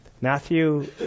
Matthew